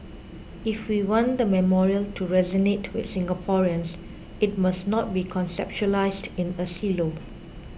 if we want the memorial to resonate with Singaporeans it must not be conceptualised in a silo